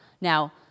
Now